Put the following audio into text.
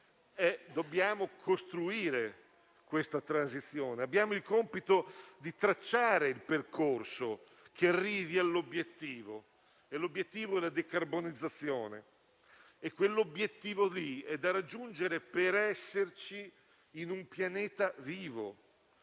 dobbiamo costruire questa transizione; abbiamo il compito di tracciare il percorso che arrivi all'obiettivo, che è la decarbonizzazione. Quell'obiettivo è da raggiungere per esserci in un pianeta vivo,